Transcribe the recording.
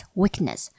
weakness